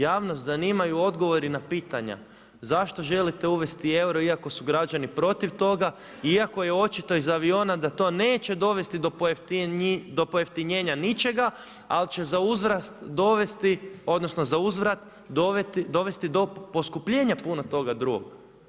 Javnost zanimaju odgovori na pitanja zašto želite uvesti euro iako su građani protiv toga, iako je očito iz aviona da to neće dovesti do pojeftinjenja ničega, ali će zauzvrat dovesti, odnosno za uzvrat dovesti do poskupljenja puno toga drugog.